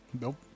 Nope